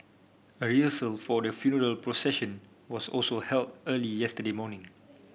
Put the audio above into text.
a rehearsal for the funeral procession was also held early yesterday morning